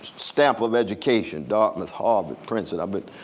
stamp of education dartmouth, harvard, princeton. i but